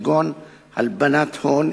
כגון הלבנת הון,